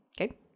Okay